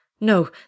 No